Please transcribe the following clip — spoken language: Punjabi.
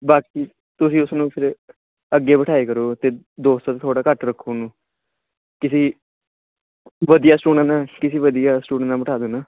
ਬਾਕੀ ਤੁਸੀਂ ਉਸਨੂੰ ਅੱਗੇ ਬਿਠਾਇਆ ਕਰੋ ਅਤੇ ਦੋਸਤਾਂ 'ਚ ਥੋੜ੍ਹਾ ਘੱਟ ਰੱਖੋ ਉਹਨੂੰ ਕਿਸੀ ਵਧੀਆ ਸਟੂਡੈਂਟ ਕਿਸੀ ਵਧੀਆ ਸਟੂਡੈਂਟ ਨਾਲ ਬੈਠਾ ਦਿਓ ਨਾ